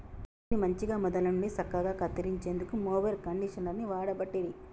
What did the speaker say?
గడ్డిని మంచిగ మొదళ్ళ నుండి సక్కగా కత్తిరించేందుకు మొవెర్ కండీషనర్ని వాడబట్టిరి